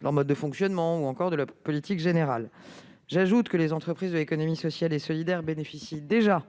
leur mode de fonctionnement ou leur politique générale. En outre, les entreprises de l'économie sociale et solidaire bénéficient déjà